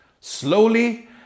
slowly